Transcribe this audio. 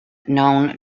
known